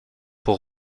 pour